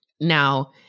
Now